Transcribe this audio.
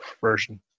version